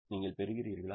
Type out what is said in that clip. நீங்கள் பெறுகிறீர்களா